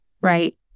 right